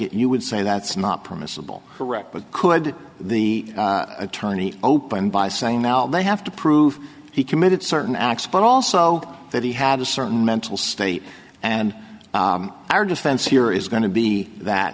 it you would say that's not permissible correct but could the attorney open by saying now they have to prove he committed certain acts but also that he had a certain mental state and our defense here is going to be that